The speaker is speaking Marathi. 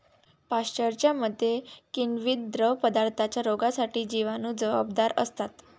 पाश्चरच्या मते, किण्वित द्रवपदार्थांच्या रोगांसाठी जिवाणू जबाबदार असतात